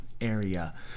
area